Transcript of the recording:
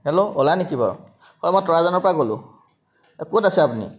hello অ'লা নেকি বাৰু অঁ মই তৰাজনৰপৰা ক'লোঁ অঁ ক'ত আছে আপুনি